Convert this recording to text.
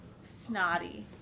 snotty